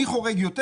מי חורג יותר?